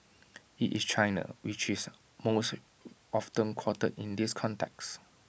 IT is China which is most often quoted in this context